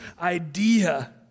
idea